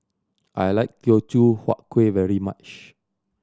I like Teochew Huat Kueh very much